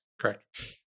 Correct